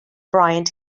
bryant